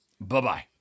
Bye-bye